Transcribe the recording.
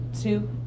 two